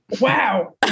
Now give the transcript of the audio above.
Wow